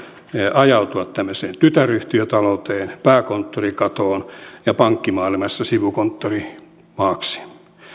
ajautua tämmöiseen tytäryhtiötalouteen pääkonttorikatoon ja pankkimaailmassa sivukonttorimaaksi